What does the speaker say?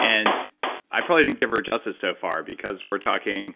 and i probably didn't give her justice so far, because we're talking